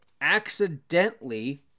accidentally